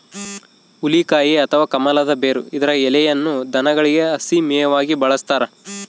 ಹುಲಿಕಾಯಿ ಅಥವಾ ಕಮಲದ ಬೇರು ಇದರ ಎಲೆಯನ್ನು ದನಗಳಿಗೆ ಹಸಿ ಮೇವಾಗಿ ಬಳಸ್ತಾರ